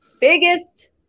biggest